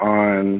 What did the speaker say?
on